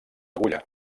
agulla